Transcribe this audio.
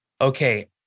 okay